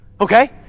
okay